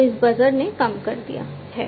तो इस बजर ने काम कर दिया है